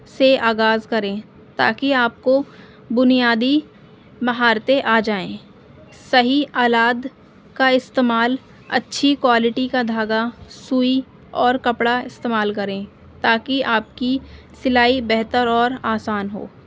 سے آغاز کریں تاکہ آپ کو بنیادی مہارتیں آ جائیں صحیح آلات کا استعمال اچھی کوالٹی کا دھاگا سوئی اور کپڑا استعمال کریں تاکہ آپ کی سلائی بہتر اور آسان ہو